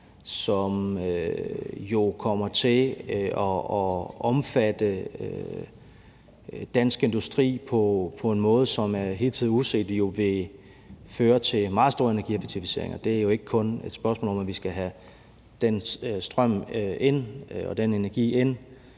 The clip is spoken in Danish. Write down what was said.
jo kommer til at omfatte dansk industri på en måde, som er hidtil uset, vil føre til en meget stor energieffektivisering, og det er jo ikke kun et spørgsmål om, at vi skal have strømmen og energien